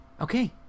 Okay